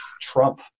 Trump